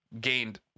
gained